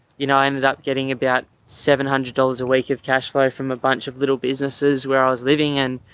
you know, i ended up getting about seven hundred dollars a week of cashflow from a bunch of little businesses where i was living in,